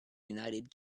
united